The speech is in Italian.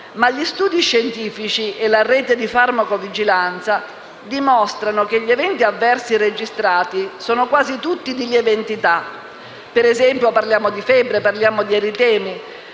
ma gli studi scientifici e la rete di farmacovigilanza dimostrano che gli eventi avversi registrati sono quasi tutti di lieve entità (febbre o eritemi,